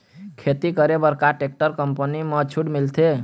खेती करे बर का टेक्टर कंपनी म छूट मिलथे?